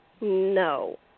No